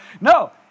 No